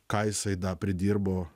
ką jisai da pridirbo